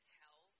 tell